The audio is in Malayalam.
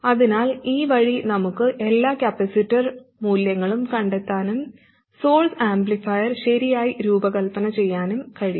അതിനാൽ ഈ വഴി നമുക്ക് എല്ലാ കപ്പാസിറ്റർ മൂല്യങ്ങളും കണ്ടെത്താനും സോഴ്സ് ആംപ്ലിഫയർ ശരിയായി രൂപകൽപ്പന ചെയ്യാനും കഴിയും